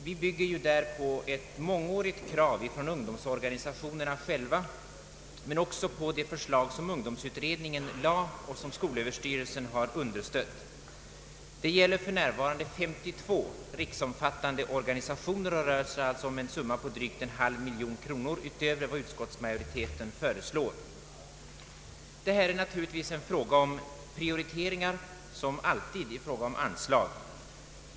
Vi bygger där på ett mångårigt krav från ungdomsorganisationerna själva men också på det förslag som ungdomsutredningen framlade och som skolöverstyrelsen har understött. Det gäller 52 riksomfattande organisationer och det rör sig alltså om en summa på drygt en halv miljon kronor utöver vad utskottsmajoriteten föreslår. Här är det naturligtvis fråga om prioriteringar som alltid i fråga om anslag.